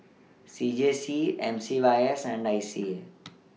C J C M C Y S and I C A